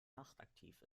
nachtaktiv